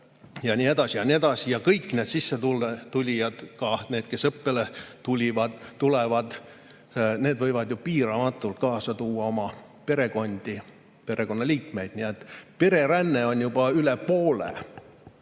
Ja nii edasi ja nii edasi. Ja kõik need sissetulijad, ka need, kes õppima tulevad, võivad ju piiramatult kaasa tuua oma perekondi, pereliikmeid. Pereränne on juba üle poole.